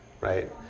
right